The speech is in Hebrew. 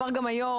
אמר גם היו"ר,